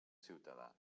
ciutadà